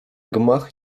gmach